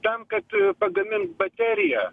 tam kad pagamint bateriją